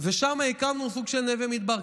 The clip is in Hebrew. ושם הקמנו סוג של נווה מדבר,